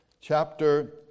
chapter